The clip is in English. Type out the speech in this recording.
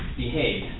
behave